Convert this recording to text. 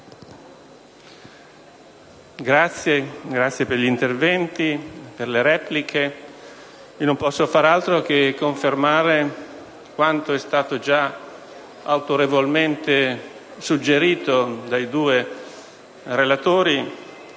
grazie per gli interventi e le repliche. Non posso far altro che confermare quanto è stato già autorevolmente suggerito dai due relatori,